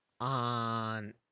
on